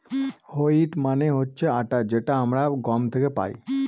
wheat মানে হচ্ছে আটা যেটা আমরা গম থেকে পাই